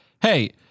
hey